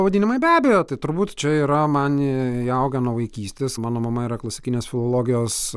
pavadinimai be abejo tai turbūt čia yra man įaugę nuo vaikystės mano mama yra klasikinės filologijos